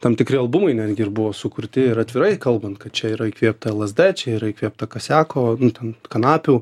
tam tikri albumai netgi ir buvo sukurti ir atvirai kalbant kad čia yra įkvėpta lsd čia yra įkvėpta kaseko n kanapių